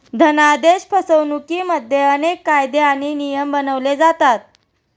धनादेश फसवणुकिमध्ये अनेक कायदे आणि नियम बनवले जातात